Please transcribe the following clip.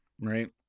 right